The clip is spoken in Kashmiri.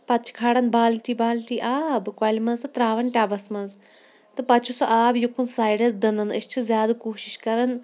پَتہٕ چھِ کھالان بالٹی بالٹی آب کۄلہِ مَنٛزٕ تراوان ٹَبَس مَنٛز تہٕ پَتہٕ چھِ سُہ آب یُکُن سایڈَس دٕنان أسۍ چھِ زیادٕ کوٗشِش کَران